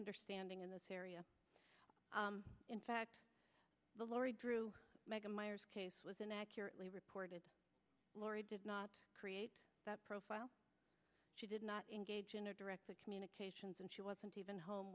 understanding in this area in fact the lori drew meghan meyers case was and accurately reported laurie did not create that profile she did not engage in a direct communications and she wasn't even home